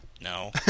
No